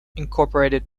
incorporated